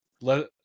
let